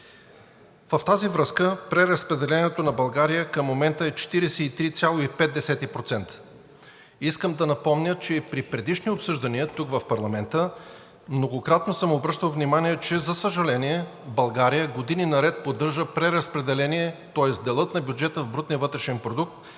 В тази връзка преразпределението на България към момента е 43,5%. Искам да напомня, че и при предишни обсъждания тук, в парламента, многократно съм обръщал внимание, че, за съжаление, България години наред поддържа преразпределение, тоест делът на бюджета в брутния вътрешен продукт